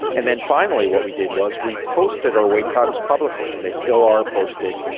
and then finally, what we did was we posted or wait times publicly and they still are posted.